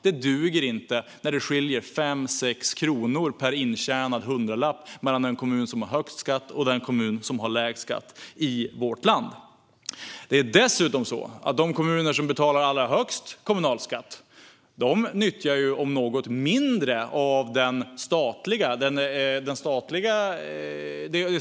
Det duger inte att det skiljer fem sex kronor per intjänad hundralapp mellan den kommun som har högst och den kommun som har lägst skatt i vårt land. Det är dessutom så att de kommuner som betalar allra högst kommunalskatt nyttjar mindre av det statliga offentliga åtagandet.